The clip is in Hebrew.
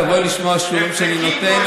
כשתבואי לשמוע שיעורים שאני נותן,